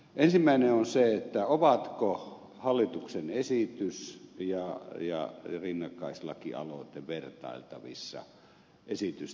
ensimmäinen on se ovatko hallituksen esitys ja rinnakkaislakialoite vertailtavissa esitysteknisesti keskenään